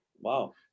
Wow